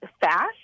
fast